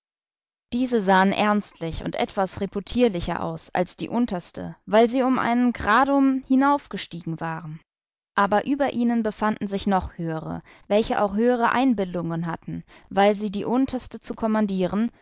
diese sahen ernstlich und etwas reputierlicher aus als die unterste weil sie um einen gradum hinaufgestiegen waren aber über ihnen befanden sich noch höhere welche auch höhere einbildungen hatten weil sie die unterste zu kommandieren